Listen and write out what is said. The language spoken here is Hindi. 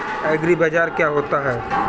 एग्रीबाजार क्या होता है?